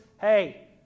hey